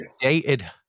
dated